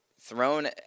thrown